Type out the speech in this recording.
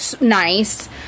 nice